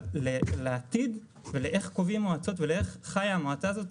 אבל לעתיד ולאיך קובעים מועצות ולאיך חיה המועצה הזאת,